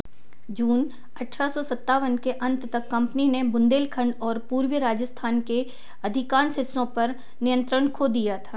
जून अठारह सौ सत्तावन के अंत तक कंपनी ने बुंदेलखंड और पूर्वी राजस्थान के अधिकांश हिस्सों पर नियंत्रण खो दिया था